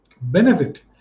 benefit